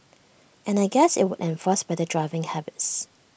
and I guess IT would enforce better driving habits